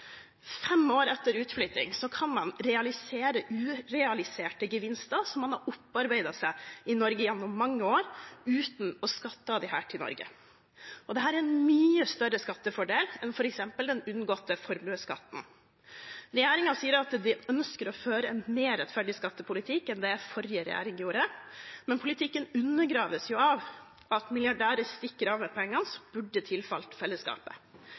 Fem år etter utflytting kan man realisere urealiserte gevinster som man har opparbeidet seg i Norge gjennom mange år, uten å skatte av disse til Norge. Dette er en mye større skattefordel enn f.eks. den unngåtte formuesskatten. Regjeringen sier at de ønsker å føre en mer rettferdig skattepolitikk enn det forrige regjering gjorde, men politikken undergraves jo av at milliardærer stikker av med penger som burde tilfalt fellesskapet.